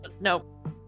Nope